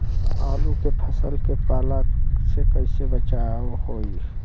आलू के फसल के पाला से कइसे बचाव होखि?